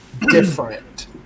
different